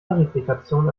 replikation